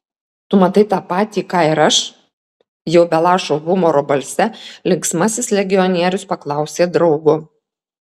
tu matai tą patį ką ir aš jau be lašo humoro balse linksmasis legionierius paklausė draugo